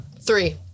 Three